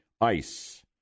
ICE